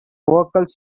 vocals